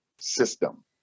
system